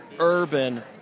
urban